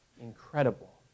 incredible